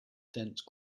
dense